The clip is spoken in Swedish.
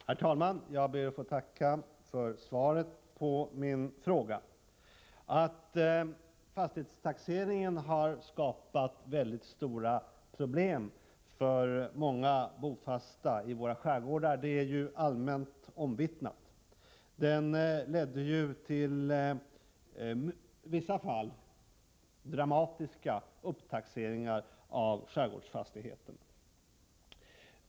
Herr talman! Jag ber att få tacka för svaret på min fråga. Att fastighetstaxeringen har skapat väldigt stora problem för många bofasta i våra skärgårdar är allmänt omvittnat. Den ledde ju till i vissa fall dramatiska upptaxeringar av skärgårdsfastigheter.